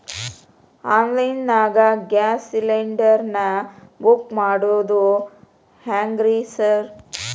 Online ನಾಗ gas cylinder ನಾ book ಮಾಡೋದ್ ಹೆಂಗ್ರಿ ಸಾರ್?